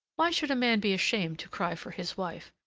why should a man be ashamed to cry for his wife?